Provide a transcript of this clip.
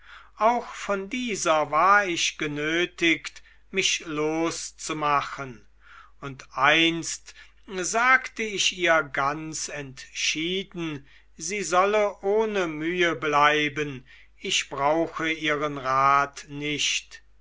auch von dieser war ich genötigt mich loszumachen und einst sagte ich ihr ganz entschieden sie solle ohne mühe bleiben ich brauche ihren rat nicht